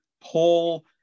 Paul